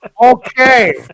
Okay